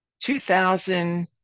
2000